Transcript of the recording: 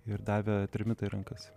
ir davė trimitą į rankas